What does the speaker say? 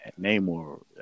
Namor